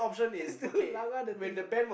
it's to langgar the thing ah